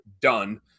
done